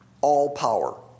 all-power